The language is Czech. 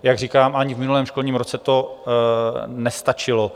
Jak říkám, ani v minulém školním roce to nestačilo.